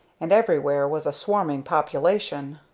and everywhere was a swarming population.